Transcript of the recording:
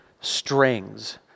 strings